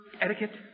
etiquette